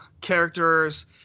characters